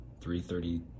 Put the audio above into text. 3.30